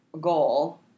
goal